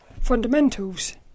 fundamentals